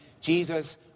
Jesus